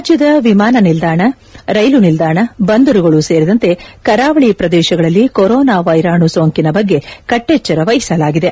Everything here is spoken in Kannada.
ರಾಜ್ಯದ ವಿಮಾನ ನಿಲ್ದಾಣ ರೈಲು ನಿಲ್ದಾಣ ಬಂದರುಗಳೂ ಸೇರಿದಂತೆ ಕರಾವಳಿ ಪ್ರದೇಶಗಳಲ್ಲಿ ಕೊರೊನಾ ವೈರಾಣು ಸೋಂಕಿನ ಬಗ್ಗೆ ಕಟ್ಟೆಚ್ಚರ ವಹಿಸಲಾಗಿದೆ